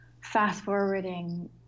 fast-forwarding